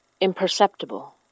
imperceptible